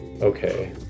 okay